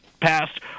passed